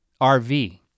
RV